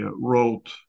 wrote